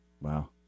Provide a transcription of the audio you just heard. Wow